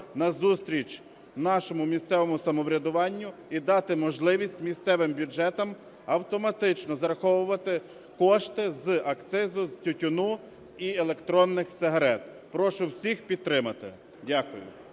на зустріч нашому місцевому самоврядуванню і дати можливість місцевим бюджетам автоматично зараховувати кошти з акцизу, з тютюну і електронних сигарет. Прошу всіх підтримати. Дякую.